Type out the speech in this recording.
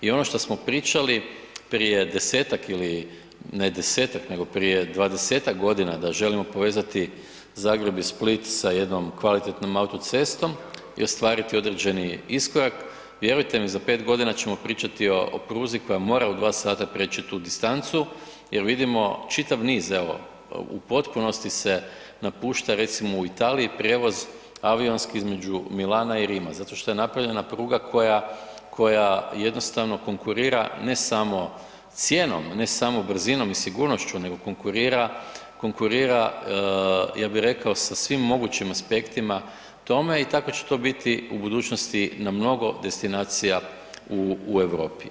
I ono šta smo pričali prije 10-ak ili, ne 10-ak nego prije 20-ak godina da želimo povezati Zagreb i Split sa jednom kvalitetnom autocestom i ostvariti određeni iskorak, vjerujte mi, za 5 g. ćemo pričati o pruzi koja mora u dva sata prijeći tu distancu jer vidimo čitav niz evo u potpunosti se napušta recimo u Italiji prijevoz avionski između Milana i Rima zato što je napravljena pruga koja jednostavno konkurira ne samo cijenom, ne samo brzinom i sigurnošću, nego konkurira ja bi rekao sa svim mogućim aspektima tome i tako će to biti u budućnosti na mnogo destinacija u Europi.